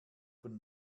von